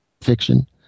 fiction